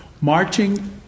marching